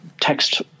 text